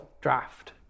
draft